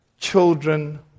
children